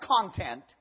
content